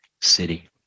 City